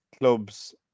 Clubs